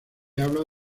habla